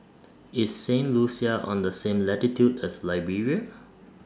IS Saint Lucia on The same latitude as Liberia